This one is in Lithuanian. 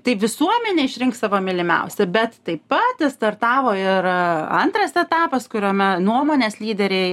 taip visuomenė išrinks savo mylimiausią bet taip pat startavo ir antras etapas kuriame nuomonės lyderiai